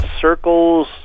circles